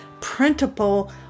printable